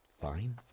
Fine